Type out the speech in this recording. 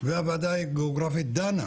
והוועדה הגיאוגרפית דנה